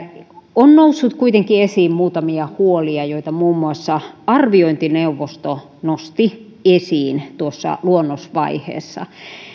on noussut kuitenkin esiin muutamia huolia joita muun muassa arviointineuvosto nosti esiin luonnosvaiheessa